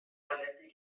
غلطیه